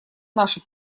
нашу